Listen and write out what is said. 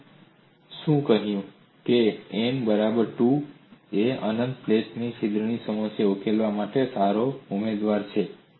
આપણે કહ્યું છે કે n બરાબર 2 એ અનંત છિદ્રવાળી પ્લેટની સમસ્યાને ઉકેલવા માટે સારો ઉમેદવાર છે